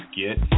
get